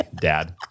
dad